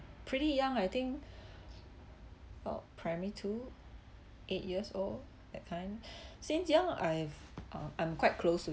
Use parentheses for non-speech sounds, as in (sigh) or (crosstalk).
pretty young I think uh primary two eight years old that kind (breath) since young I've uh I'm quite close to